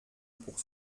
pour